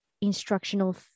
instructional